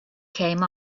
came